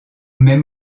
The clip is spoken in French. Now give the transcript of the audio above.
même